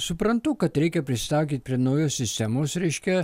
suprantu kad reikia prisitaikyti prie naujos sistemos reiškia